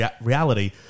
reality